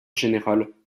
général